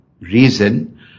reason